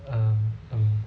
um um